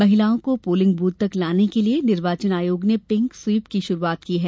महिलाओं को polling booth तक लाने के लिये निर्वाचन आयोग ने पिंक स्वीप की शुरुआत की है